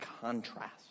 contrast